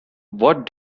what